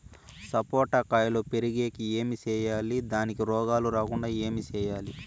సపోట కాయలు పెరిగేకి ఏమి సేయాలి దానికి రోగాలు రాకుండా ఏమి సేయాలి?